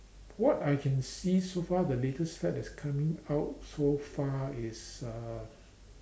what I can see so far the latest fad that's coming out so far is uh